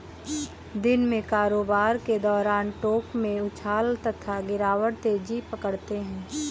दिन में कारोबार के दौरान टोंक में उछाल तथा गिरावट तेजी पकड़ते हैं